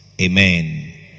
Amen